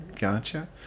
gotcha